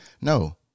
no